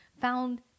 found